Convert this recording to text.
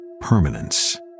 permanence